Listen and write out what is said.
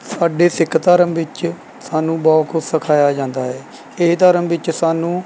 ਸਾਡੇ ਸਿੱਖ ਧਰਮ ਵਿੱਚ ਸਾਨੂੰ ਬਹੁਤ ਕੁਛ ਸਿਖਾਇਆ ਜਾਂਦਾ ਹੈ ਇਹ ਧਰਮ ਵਿੱਚ ਸਾਨੂੰ